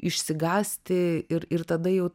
išsigąsti ir ir tada jau